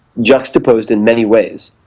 juxtaposed in many ways.